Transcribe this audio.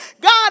god